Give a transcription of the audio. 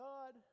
God